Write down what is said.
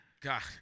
God